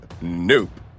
Nope